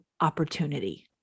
opportunity